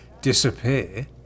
disappear